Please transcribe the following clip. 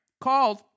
called